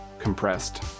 compressed